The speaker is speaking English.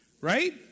right